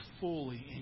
fully